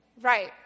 right